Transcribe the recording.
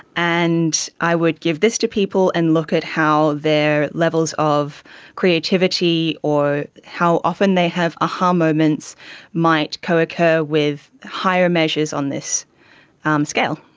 and i would give this to people and look at how their levels of creativity or how often they have ah a-ha moments might co-occur with higher measures on this um scale.